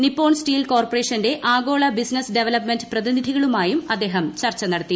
Nippon steel കോർപ്പറേഷന്റെ ആഗോള business development പ്രതിനിധികളുമായും അദ്ദേഹം ചർച്ച നടത്തി